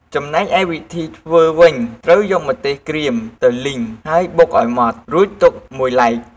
ចំណែកឯវិធីធ្វើវិញ ត្រូវយកម្ទេសក្រៀមទៅលីង ហើយបុកឱ្យម៉ដ្ឋ រួចទុកមួយឡែក។